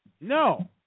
No